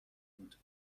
بود